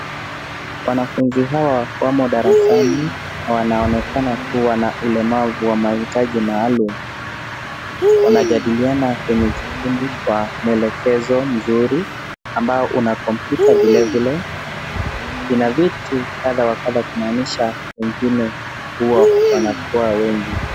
Wanafunzi hawa wamo darasani na wanaonekana kuwa na ulemavu wa mahitaji maalum. Wanajadiliana kwenye kikundi kwa mwelekezo mzuri ambao una kompyuta vilevile ina viti kadha wa kadha kumaanisha pengine huwa wanakua wengi.